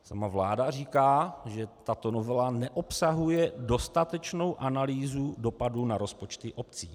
Sama vláda říká, že tato novela neobsahuje dostatečnou analýzu dopadu na rozpočty obcí.